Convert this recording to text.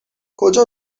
کجا